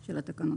של התקנות.